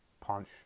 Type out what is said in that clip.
punch